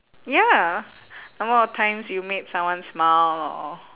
ya number of times you made someone smile or